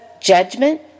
judgment